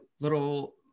little